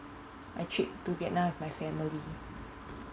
my trip to vietnam with my family